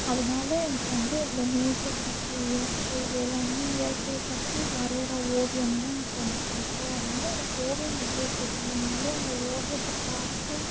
அதனால எனக்கு வந்து இந்த நேச்சர் பத்தி இயற்கை வேளாண்மை இயற்கையை பத்தி வரையிர ஓவியம் தான் எனக்கு ரொம்ப பிடிக்கும் அதனால எனக்கு ஓவியம் வரைய தெரியலனாலும் அந்த ஓவியத்தை பார்க்க